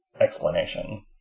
explanation